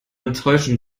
enttäuschen